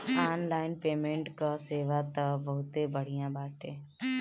online payment कअ सेवा तअ बहुते बढ़िया बाटे